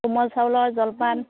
কোমল চাউলৰ জলপান